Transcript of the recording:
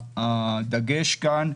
הדגש כאן,